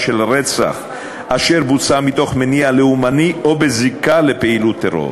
של רצח אשר בוצעה מתוך מניע לאומני או בזיקה לפעילות טרור,